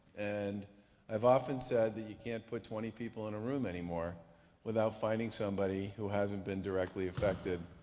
and i've often said that you can't put twenty people in a room anymore without finding somebody who hasn't been directly affected